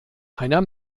einer